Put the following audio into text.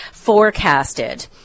forecasted